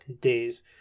days